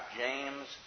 james